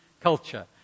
culture